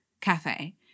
cafe